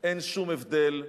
אין שום הבדל,